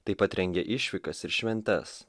taip pat rengia išvykas ir šventes